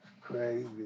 Crazy